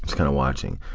kind of watching.